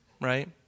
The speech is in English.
Right